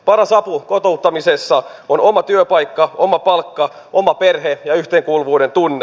paras apu kotouttamisessa on oma työpaikka oma palkka oma perhe ja yhteenkuuluvuudentunne